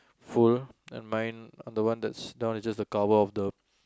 full and mine the one that's that one is just a cover of the